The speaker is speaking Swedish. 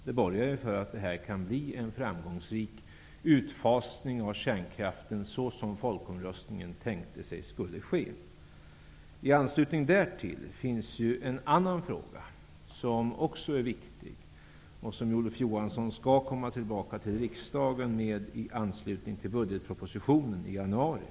Det borgar för att det kan bli en framgångsrik utfasning av kärnkraften så som de som deltog i folkomröstningen tänkte sig skulle ske. I anslutning därtill finns en annan fråga som också är viktig. Olof Johansson återkommer till riksdagen i den frågan i anslutning till att budgetpropositionen läggs fram i januari.